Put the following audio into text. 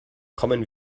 kommen